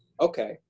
Okay